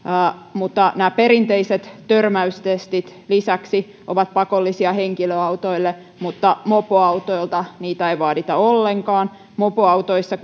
ja lisäksi nämä perinteiset törmäystestit ovat pakollisia henkilöautoille mutta mopoautoilta niitä ei vaadita ollenkaan mopoautoissa